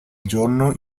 giorno